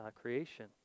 creation